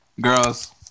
Girls